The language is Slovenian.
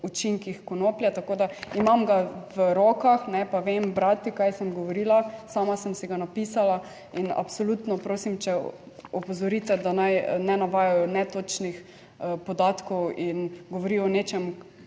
učinkih konoplje, tako da, imam ga v rokah, ne pa vem brati kaj sem govorila, sama sem si ga napisala in absolutno prosim, če opozorite, da naj ne navajajo netočnih podatkov in govori o nečem,